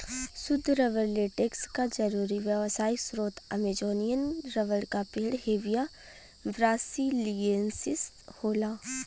सुद्ध rubber latex क जरुरी व्यावसायिक स्रोत अमेजोनियन रबर क पेड़ हेविया ब्रासिलिएन्सिस होला